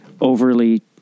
overly